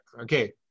okay